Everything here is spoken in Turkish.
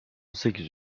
sekiz